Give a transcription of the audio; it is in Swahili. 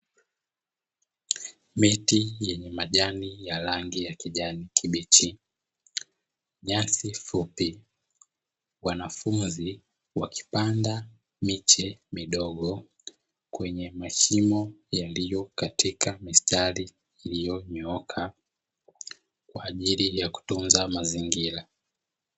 Miti yenye majani ya rangi ya kijani kibichi, nyasi fupi, wanafunzi wakipanda miche midogo kwenye mashimo yaliyo katika mistari iliyonyooka, kwa ajili ya kutunza mazingira.